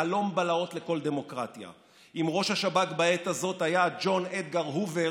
חלום בלהות לכל דמוקרטיה אם ראש השב"כ בעת הזאת היה ג'ון אדגר הובר,